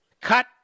Cut